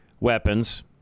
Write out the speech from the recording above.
weapons